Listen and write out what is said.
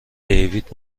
دیوید